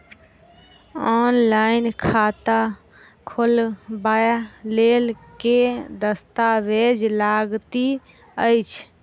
Online खाता खोलबय लेल केँ दस्तावेज लागति अछि?